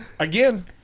Again